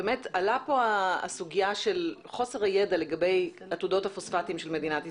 עלתה פה הסוגיה של חוסר הידע לגבי עתודות הפוספטים של מדינת ישראל.